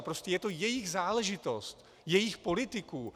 Prostě je to jejich záležitost, jejich politiků.